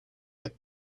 get